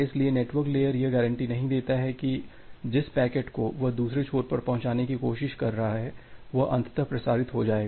इसलिए network layer यह guarantee नहीं देता है कि जिस पैकेट को वह दूसरे छोर पर पहुंचाने की कोशिश कर रहा है वह अंततः प्रसारित हो जाएगा